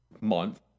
month